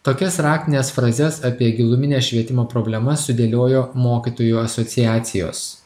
tokias raktines frazes apie gilumines švietimo problemas sudėliojo mokytojų asociacijos